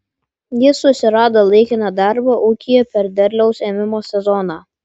jis susirado laikiną darbą ūkyje per derliaus ėmimo sezoną